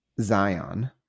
Zion